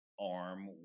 arm